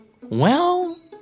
Well